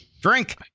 Drink